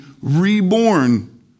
reborn